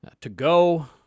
to-go